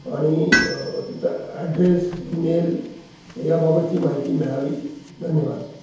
आणि त्याचा address email याबाबतची माहिती मिळावी धन्यवाद